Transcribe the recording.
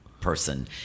person